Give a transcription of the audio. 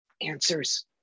answers